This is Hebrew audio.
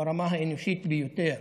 ברמה האנושית ביותר.